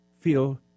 feel